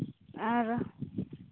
ᱟᱨ